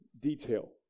detail